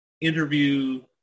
interview